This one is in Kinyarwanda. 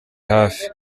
hafi